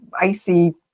icy